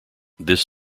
this